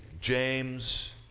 James